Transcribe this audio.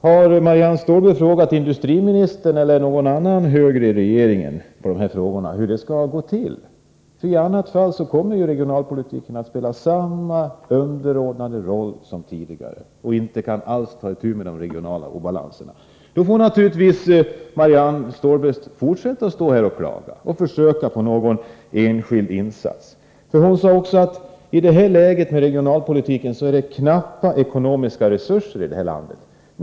Har Marianne Stålberg frågat industriministern eller någon annan högre befattningshavare inom regeringen hur det skall gå till? Om man fortsätter på den här vägen kommer regionalpolitiken att spela samma underordnade roll som tidigare, och man kommer inte att kunna ta itu med de regionala obalanserna. Och då får Marianne Stålberg naturligtvis fortsätta med att stå här och klaga och försöka hänvisa till någon enskild insats. Marianne Stålberg sade också att vi i nuvarande läge har knappa ekonomiska resurser för regionalpolitiken i vårt land.